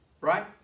Right